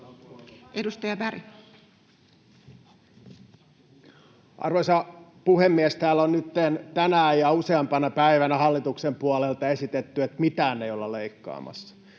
Content: Arvoisa puhemies! Täällä on nytten tänään ja useampana päivänä hallituksen puolelta esitetty, että mitään ei olla leikkaamassa.